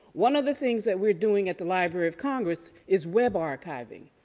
one of the things that we're doing at the library of congress is web archiving,